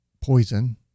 poison